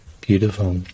Beautiful